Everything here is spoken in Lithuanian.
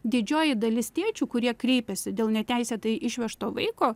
didžioji dalis tėčių kurie kreipėsi dėl neteisėtai išvežto vaiko